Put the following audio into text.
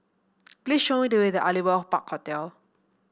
please show me the way to Aliwal Park Hotel